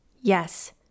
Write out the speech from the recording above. Yes